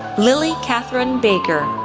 lillie katherine baker,